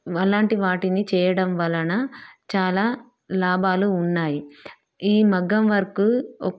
అలాంటి వాటిని చేయడం వలన చాలా లాభాలు ఉన్నాయి ఈ మగ్గం వర్క్